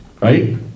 Right